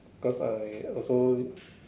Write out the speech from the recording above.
cause I also